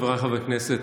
חבריי חברי הכנסת,